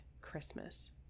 Christmas